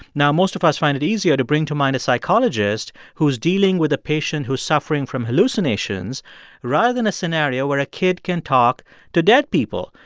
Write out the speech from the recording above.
now, most of us find it easier to bring to mind a psychologist who's dealing with a patient who's suffering from hallucinations rather than a scenario where a kid can talk to dead people.